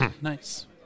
Nice